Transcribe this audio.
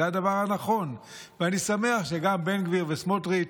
זה הדבר הנכון, ואני שמח שגם בן גביר וסמוטריץ'